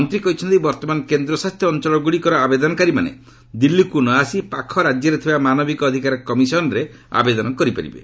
ମନ୍ତ୍ରୀ କହିଛନ୍ତି ବର୍ତ୍ତମାନ କେନ୍ଦ୍ର ଶାସିତ ଅଞ୍ଚଳଗୁଡ଼ିକର ଆବେଦନକାରୀମାନେ ଦିଲ୍ଲୀକୁ ନ ଆସି ପାଖ ରାଜ୍ୟରେ ଥିବା ମାନବିକ ଅଧିକାର କମିଶନ୍ରେ ଆବେଦନ ଦାଖଲ କରିପାରିବେ